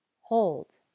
Hold